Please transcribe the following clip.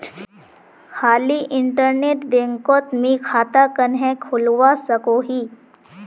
खाली इन्टरनेट बैंकोत मी खाता कन्हे खोलवा सकोही?